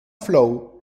flow